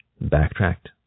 backtracked